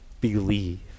believe